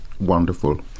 Wonderful